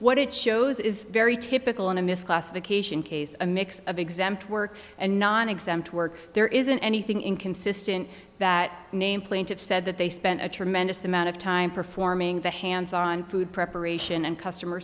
what it shows is very typical in a misclassification case a mix of exempt work and nonexempt work there isn't anything inconsistent that name plaintiffs said that they spent a tremendous amount of time performing the hands on food preparation and customer